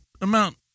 amount